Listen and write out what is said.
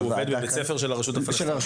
הוא עובד בבית הספר של הרשות הפלסטינית?